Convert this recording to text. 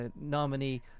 nominee